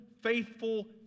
faithful